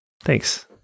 Thanks